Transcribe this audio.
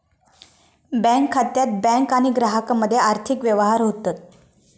bank खात्यात bank आणि ग्राहकामध्ये आर्थिक व्यवहार होतत